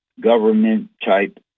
government-type